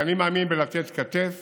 כי אני מאמין בלתת כתף